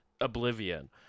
Oblivion